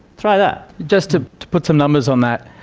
try that. just to put some numbers on that.